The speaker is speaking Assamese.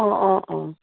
অঁ অঁ অঁ